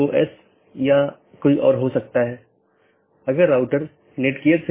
BGP एक बाहरी gateway protocol है